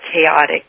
chaotic